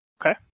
Okay